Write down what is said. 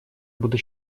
буду